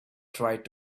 tried